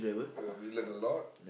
ah we learn a lot